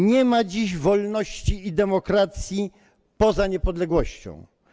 Nie ma dziś wolności i demokracji poza niepodległością.